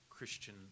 Christian